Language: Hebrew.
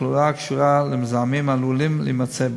תחלואה הקשורה למזהמים שעלולים להימצא בו.